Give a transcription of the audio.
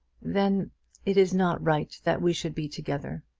then it is not right that we should be together.